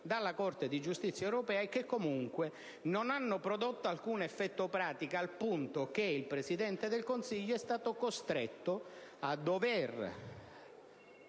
dalla Corte di giustizia europea e che comunque non hanno prodotto alcun effetto pratico, al punto che il Presidente del Consiglio è stato costretto a scrivere